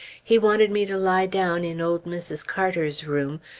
he wanted me to lie down in old mrs. carter's room,